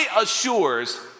assures